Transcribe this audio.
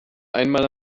einmal